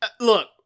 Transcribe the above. look